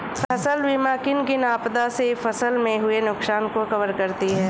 फसल बीमा किन किन आपदा से फसल में हुए नुकसान को कवर करती है